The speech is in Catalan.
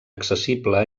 accessible